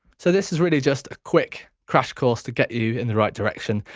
so this is really just a quick crash course to get you in the right direction.